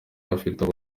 afitiye